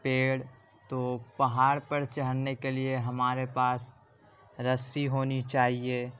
پیڑ تو پہاڑ پر چڑھنے کے لیے ہمارے پاس رسی ہونی چاہیے